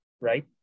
right